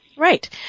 Right